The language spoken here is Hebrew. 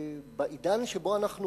ובעידן שבו אנחנו חיים,